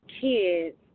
kids